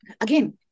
Again